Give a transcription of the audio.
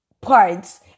parts